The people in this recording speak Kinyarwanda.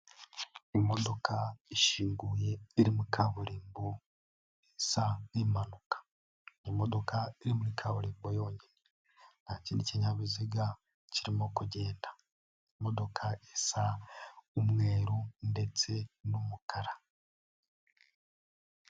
Imodoka ishinguye iri muri kaburimbo isa nkimpanuka, imodoka iri muri kaburimbo yonyine, nta kindi kinyabiziga kirimo kugenda, imodoka isa umweru ndetse n'umukara.